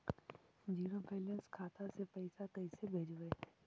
Zero balance खाता से पैसा कैसे भेजबइ?